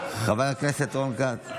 חבר הכנסת רון כץ,